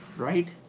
right?